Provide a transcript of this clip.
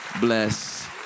bless